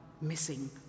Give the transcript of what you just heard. missing